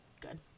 good